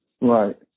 Right